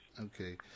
Okay